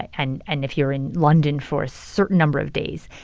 and and if you're in london for a certain number of days.